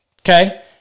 okay